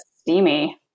steamy